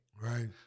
Right